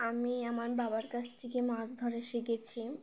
আমি আমার বাবার কাছ থেকে মাছ ধরা শিখেছি